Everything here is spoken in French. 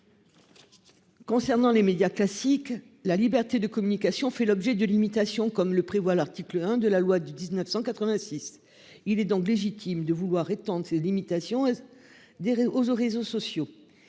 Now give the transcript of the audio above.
Concernant les médias classiques, la liberté de communication fait l'objet de limitation comme le prévoit l'article 1 de la loi du 19.186. Il est donc légitime de vouloir étendre ces limitations. Des aux aux réseaux sociaux.